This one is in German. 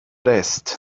rest